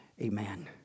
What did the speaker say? Amen